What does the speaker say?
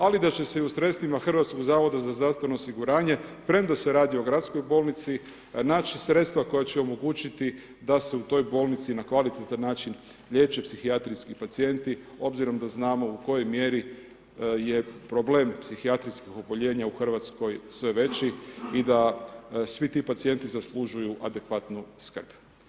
Ali da će se i u sredstvima HZZO-a premda se radi o gradskoj bolnici, naći sredstva koja će omogućiti da se u toj bolnici na kvalitetan način liječe psihijatrijski pacijenti, obzirom da znamo u kojoj mjeri je problem psihijatrijskog oboljenja u Hrvatskoj sve veći i da svi ti pacijenti zaslužuju adekvatnu skrb.